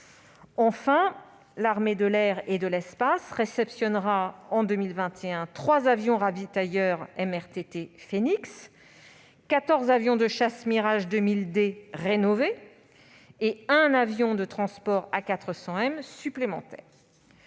Enfin, l'armée de l'air et de l'espace réceptionnera en 2021 3 avions ravitailleurs MRTT Phénix, 14 avions de chasse mirage M2000D rénovés et un avion de transport A400M supplémentaire.